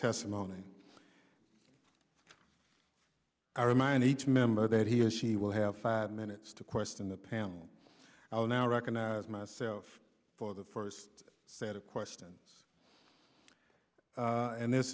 testimony i remind each member that he or she will have five minutes to question the panel i will now recognize myself for the first set of questions and this